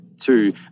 two